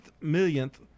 millionth